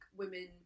women